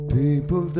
people